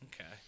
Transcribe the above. Okay